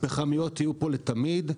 הפחמיות יהיו פה לתמיד.